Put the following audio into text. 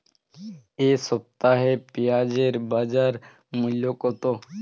এ সপ্তাহে পেঁয়াজের বাজার মূল্য কত?